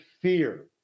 fear